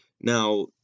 Now